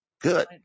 Good